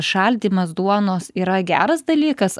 šaldymas duonos yra geras dalykas